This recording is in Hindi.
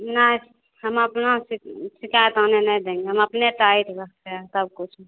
नहीं हम अपना से शिकायत आने नही देंगे हम अपने टाइट रखते हैं सब कुछ